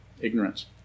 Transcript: ignorance